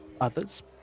others